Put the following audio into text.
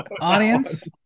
Audience